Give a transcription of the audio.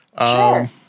Sure